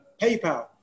PayPal